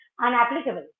unapplicable